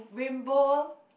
rainbow